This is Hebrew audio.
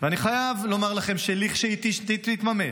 אני חייב לומר לכם שכשהיא תתממש